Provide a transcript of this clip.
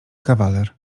kawaler